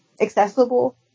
accessible